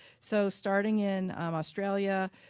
so starting in australia,